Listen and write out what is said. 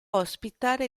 ospitare